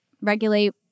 Regulate